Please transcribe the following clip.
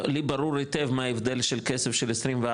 לי ברור היטב מה ההבדל של כסף של 24,